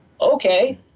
Okay